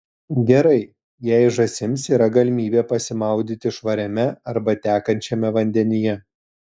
gerai jei žąsims yra galimybė pasimaudyti švariame arba tekančiame vandenyje